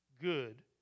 good